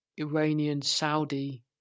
Iranian-Saudi